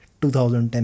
2010